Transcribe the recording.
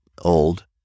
old